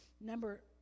Number